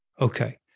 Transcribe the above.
Okay